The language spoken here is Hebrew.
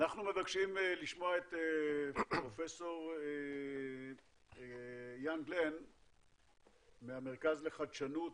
אנחנו מבקשים לשמוע את פרופ' גלן מהמרכז לחדשנות,